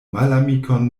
malamikon